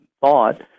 thought